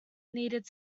needed